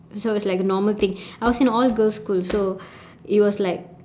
so it's like a normal thing I was in all girls' school so it was like